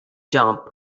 jump